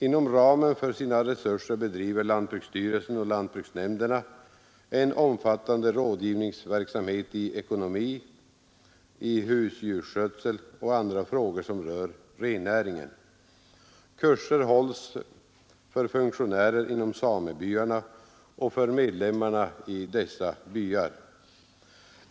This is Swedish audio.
Inom ramen för sina resurser bedriver lantbruksstyrelsen och lantbruksnämnden en omfattande rådgivningsverksamhet i ekonomi, husdjursskötsel och andra frågor som rör rennäringen. Kurser hålls för funktionärer inom samebyarna och för medlemmar i dessa byar.